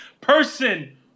Person